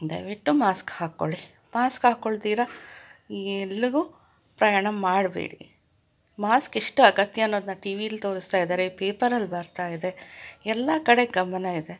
ದಯವಿಟ್ಟು ಮಾಸ್ಕ್ ಹಾಕ್ಕೊಳ್ಳಿ ಮಾಸ್ಕ್ ಹಾಕೊಳ್ದಿರ ಎಲ್ಲಿಗೂ ಪ್ರಯಾಣ ಮಾಡಬೇಡಿ ಮಾಸ್ಕ್ ಎಷ್ಟು ಅಗತ್ಯ ಅನ್ನೋದನ್ನ ಟಿವಿಲಿ ತೋರಿಸ್ತಾಯಿದಾರೆ ಪೇಪರಲ್ಲಿ ಬರ್ತಾಯಿದೆ ಎಲ್ಲ ಕಡೆ ಗಮನ ಇದೆ